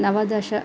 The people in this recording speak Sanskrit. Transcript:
नवदश